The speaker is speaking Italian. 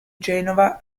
genova